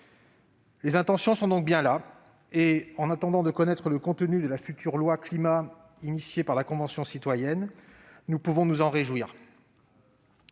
Les intentions sont donc bien là et, en attendant de connaître le contenu de la future loi Climat initiée par la Convention citoyenne, nous pouvons nous en réjouir.